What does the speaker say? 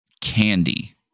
candy